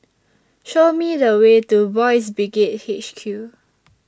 Show Me The Way to Boys' Brigade H Q